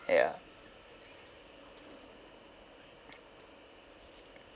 ya